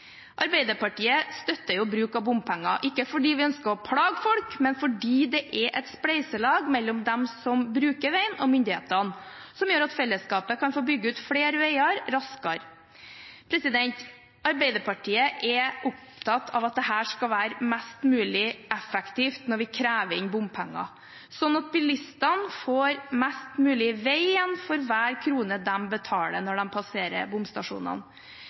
Arbeiderpartiet støtter bruk av bompenger, ikke fordi vi ønsker å plage folk, men fordi det er et spleiselag mellom dem som bruker veien, og myndighetene, som gjør at fellesskapet kan få bygge ut flere veier raskere. Arbeiderpartiet er opptatt av at det skal være mest mulig effektivt når vi krever inn bompenger, slik at bilistene får mest mulig vei igjen for hver krone de betaler når de passerer bomstasjonene.